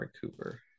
Cooper